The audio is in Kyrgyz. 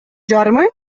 жарымы